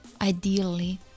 ideally